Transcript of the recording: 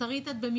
בזום,